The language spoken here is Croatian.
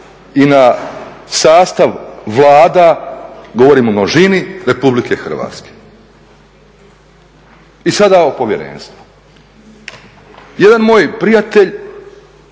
i na sastav vlada, govorim u množini, Republike Hrvatske. I sada o povjerenstvu. Jedan moj prijatelj,